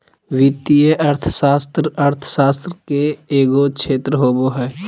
वित्तीय अर्थशास्त्र अर्थशास्त्र के एगो क्षेत्र होबो हइ